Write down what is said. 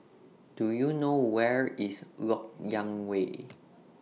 Do YOU know Where IS Lok Yang Way